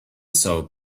soap